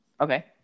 Okay